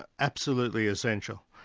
absolutely essential.